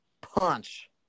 punch